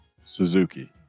Suzuki